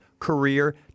Career